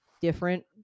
different